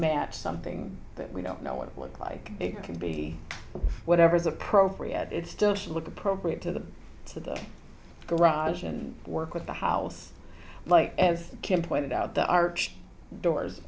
match something that we don't know what it looks like it can be whatever is appropriate it still should look appropriate to the to the garage and work with the house like as kim pointed out the arched doors